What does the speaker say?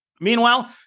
Meanwhile